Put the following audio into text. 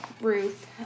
ruth